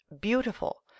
beautiful